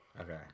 Okay